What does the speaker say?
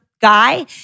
guy